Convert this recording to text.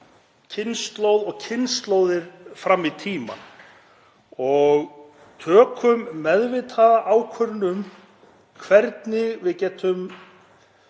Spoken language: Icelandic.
kynslóð og kynslóðir fram í tímann og tökum meðvitaða ákvörðun um hvernig við getum